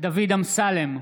דוד אמסלם,